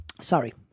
sorry